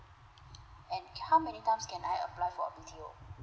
and how many times can I apply for a B_T_O